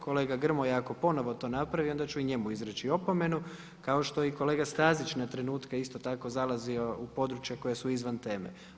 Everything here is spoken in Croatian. Kolega Grmoja ako ponovo to napravi onda ću i njemu izreći opomenu kao što i kolega Stazić na trenutke isto tako zalazio u područja koja su izvan teme.